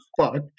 fuck